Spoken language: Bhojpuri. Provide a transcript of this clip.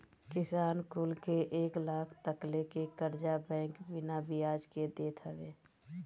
किसान कुल के एक लाख तकले के कर्चा बैंक बिना बियाज के देत हवे